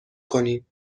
کنیم